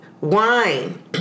wine